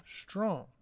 strong